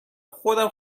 خودم